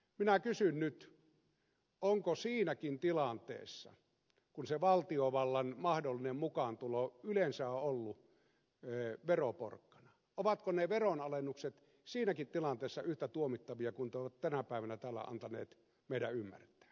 minä kysyn nyt ovatko ne veronalennukset siinäkin tilanteessa kun se valtiovallan mahdollinen mukaantulo yleensä on ollut veroporkkana ovatko ne veronalennukset siinäkin tilanteessa yhtä tuomittavia kuin te olette tänä päivänä täällä antaneet meidän ymmärtää